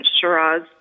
Shiraz